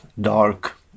dark